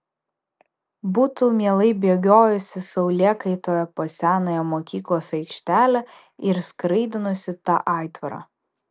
būtų mielai bėgiojusi saulėkaitoje po senąją mokyklos aikštelę ir skraidinusi tą aitvarą